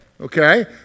okay